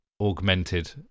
augmented